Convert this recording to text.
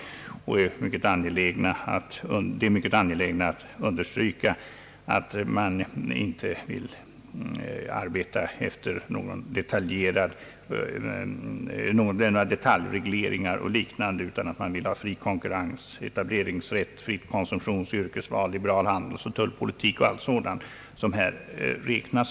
De är mycket angelägna att understryka att de inte vill arbeta för detaljregleringar och liknande utan att man vill ha fri konkurrens, fri etableringsrätt, fritt konsumtionsoch yrkesval, liberal handelsoch tullpolitik m.m.